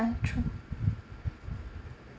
true